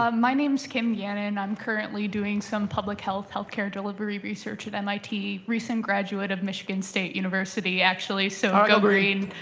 um my name's kim yannon. i'm currently doing some public health, health care delivery research at mit. recent graduate of michigan state university, actually, so go green.